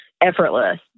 Effortless